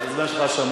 הזמן שלך שמור.